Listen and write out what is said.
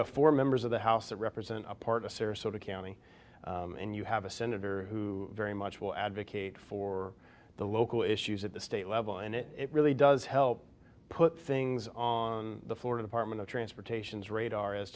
have four members of the house that represent a part of sarasota county and you have a senator who very much will advocate for the local issues at the state level and it really does help put things on the florida department of transportation's radar as